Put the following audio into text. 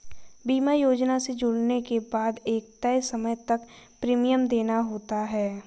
बीमा योजना से जुड़ने के बाद एक तय समय तक प्रीमियम देना होता है